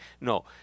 No